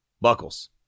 Buckles